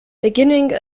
beginning